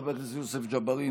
חבר הכנסת יוסף ג'בארין,